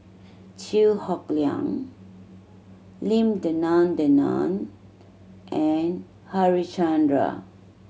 Chew Hock Leong Lim Denan Denon and Harichandra